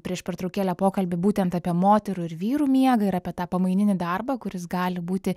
prieš pertraukėlę pokalbį būtent apie moterų ir vyrų miegą ir apie tą pamaininį darbą kuris gali būti